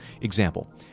Example